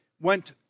went